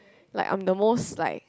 like I'm the most like